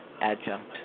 adjunct